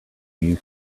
you